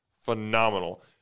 phenomenal